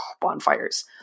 bonfires